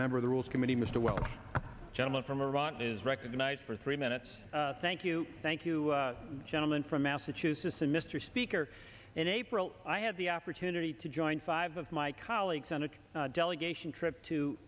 member of the rules committee mr well gentleman from iraq is recognized for three minutes thank you thank you gentleman from massachusetts and mr speaker in april i had the opportunity to join five of my colleagues on a delegation trip